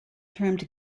termed